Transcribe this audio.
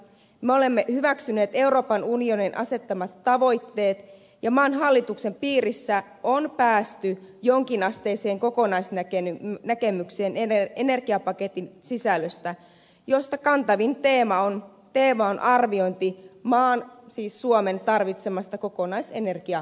me olemme hyväksyneet euroopan unionin asettamat tavoitteet ja maan hallituksen piirissä on päästy jonkinasteiseen kokonaisnäkemykseen energiapaketin sisällöstä jossa kantavin teema on arviointi maan siis suomen tarvitsemasta kokonaisenergiamäärästä